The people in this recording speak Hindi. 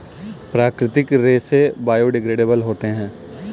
प्राकृतिक रेसे बायोडेग्रेडेबल होते है